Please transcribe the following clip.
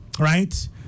Right